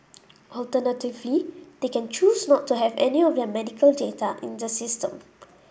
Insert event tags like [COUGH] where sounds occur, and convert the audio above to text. [NOISE] alternatively they can choose not to have any of their medical data in the system